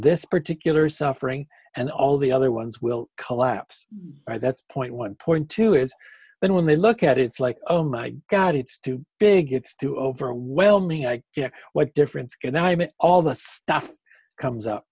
this particular suffering and all the other ones will collapse by that's point one point two is when when they look at it it's like oh my god it's too big it's too overwhelming i yeah what difference can i mean all this stuff comes up